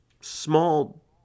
small